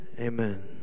Amen